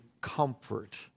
comfort